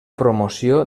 promoció